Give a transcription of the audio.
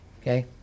Okay